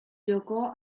giocò